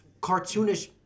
cartoonish